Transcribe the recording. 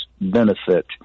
benefit